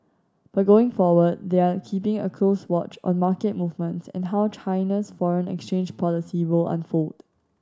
but going forward they are keeping a close watch on market movements and how China's foreign exchange policy will unfold